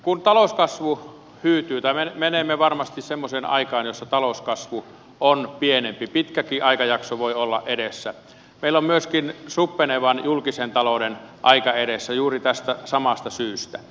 kun talouskasvu hyytyy tai menemme varmasti semmoiseen aikaan jossa talouskasvu on pienempi pitkäkin aikajakso voi olla edessä meillä on myöskin suppenevan julkisen talouden aika edessä juuri tästä samasta syystä